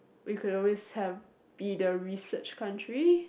we could also have be the research country